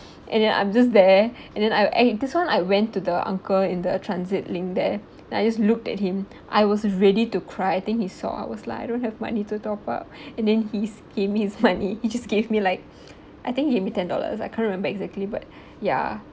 and then I'm just there and then I eh this one I went to the uncle in the transit link there then I just looked at him I was ready to cry I think he saw I was like I don't have money to top-up and then he's gave me his money he just gave me like I think he gave me ten dollars I can't remember exactly but ya